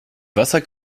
vassar